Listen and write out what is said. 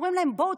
אומרים להם: בואו,